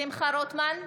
שמחה רוטמן,